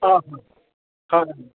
অঁ হয় হয়